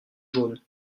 jaunes